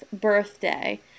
birthday